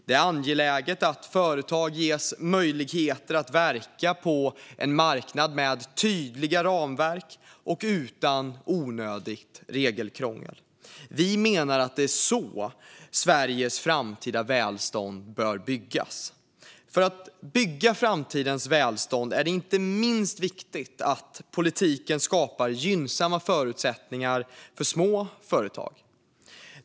Det är angeläget att företag ges möjligheter att verka på en marknad med tydliga ramverk och utan onödigt regelkrångel. Vi menar att det är så Sveriges framtida välstånd bör byggas. För att bygga framtida välstånd är det inte minst viktigt att politiken skapar gynnsamma förutsättningar för små företag.